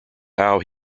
how